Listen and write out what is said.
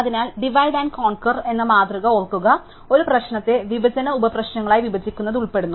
അതിനാൽ divide and conquer എന്ന മാതൃക ഓർക്കുക ഒരു പ്രശ്നത്തെ വിഭജന ഉപപ്രശ്നങ്ങളായി വിഭജിക്കുന്നത് ഉൾപ്പെടുന്നു